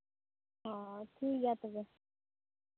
ᱚ ᱴᱷᱤᱠ ᱜᱮᱭᱟ ᱛᱚᱵᱮ